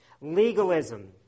Legalism